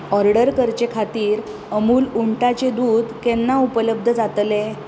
order करचे खातीर अमूल उंटाचें दूद केन्ना उपलब्ध जातलें